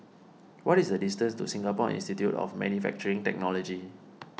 what is the distance to Singapore Institute of Manufacturing Technology